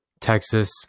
Texas